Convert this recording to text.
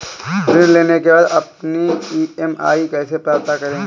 ऋण लेने के बाद अपनी ई.एम.आई कैसे पता करें?